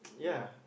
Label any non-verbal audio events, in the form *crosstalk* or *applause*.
*noise* ya